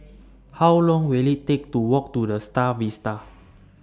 How Long Will IT Take to Walk to The STAR Vista